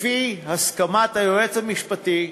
לפי הסכמת היועץ המשפטי,